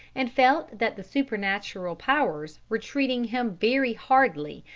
and felt that the supernatural powers were treating him very hardly,